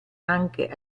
anche